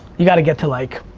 you got to get to like.